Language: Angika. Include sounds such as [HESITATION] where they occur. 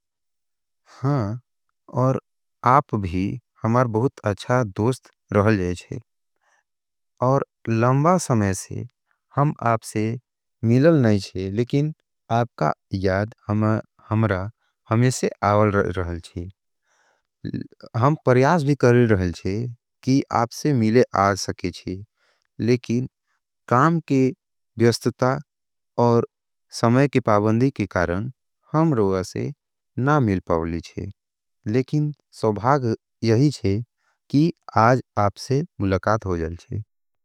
हाँ, और आप भी हमार बहुत अच्छा दोस्त रहल जायचे। और लंबा समय से हम आपसे मिलल नाईचे, लेकिन आपका याद [HESITATION] हमरा हमेसे आवल रहलची। हम परियास भी करल रहल चे, कि आपसे मिले आज सके चे, लेकिन काम के व्यस्तता और समय के पाबंदी के कारण हम रोगा से ना मिल पावली चे। लेकिन सवभाग यही चे, कि आज आपसे मुलकात हो जालचे।